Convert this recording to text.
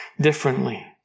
differently